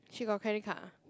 she got credit card ah